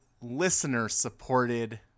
listener-supported